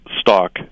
stock